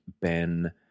Ben